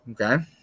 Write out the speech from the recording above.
Okay